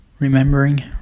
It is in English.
Remembering